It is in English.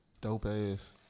Dope-ass